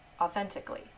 authentically